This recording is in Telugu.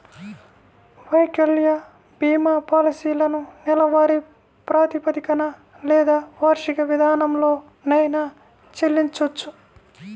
వైకల్య భీమా పాలసీలను నెలవారీ ప్రాతిపదికన లేదా వార్షిక విధానంలోనైనా చెల్లించొచ్చు